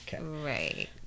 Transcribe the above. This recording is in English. right